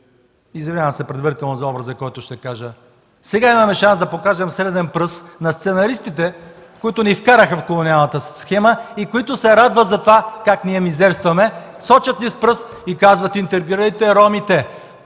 извинявам се предварително за образа, който ще кажа, среден пръст на сценаристите, които ни вкараха в колониалната схема и които се радват за това как ние мизерстваме, сочат ни с пръст и казват: „Интегрирайте ромите!”.